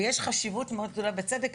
ויש חשיבות מאוד גדולה בצדק,